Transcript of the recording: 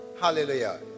Hallelujah